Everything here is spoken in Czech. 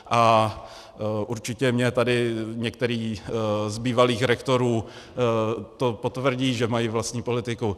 A určitě mi tady některý z bývalých rektorů to potvrdí, že mají vlastní politiku.